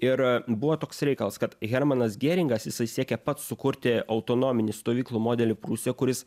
ir buvo toks reikalas kad hermanas gėringas jisai siekė pats sukurti autonominį stovyklų modelį prūsijoj kuris